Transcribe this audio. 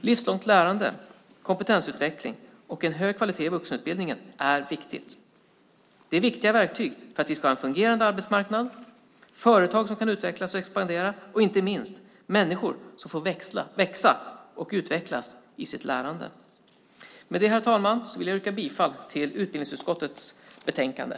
Livslångt lärande, kompetensutveckling och en hög kvalitet i vuxenutbildningen är viktigt. Det är viktiga verktyg för att vi ska ha en fungerande arbetsmarknad, företag som kan utvecklas och expandera och inte minst människor som får växa och utvecklas i sitt lärande. Med det, herr talman, vill jag yrka bifall till utbildningsutskottets förslag i betänkandet.